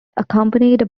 accompanied